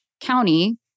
county